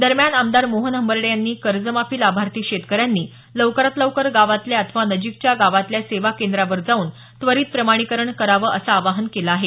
दरम्यान आमदार मोहन हंबर्डे यांनी कर्ज माफी लाभार्थी शेतकऱ्यांनी लवकरात लवकर गावातल्या अथवा नजीकच्या गावातल्या सेवा केंद्रावर जाऊन त्वरित प्रमाणीकरण करावं असं आवाहन केलं आहे